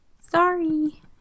Sorry